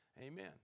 Amen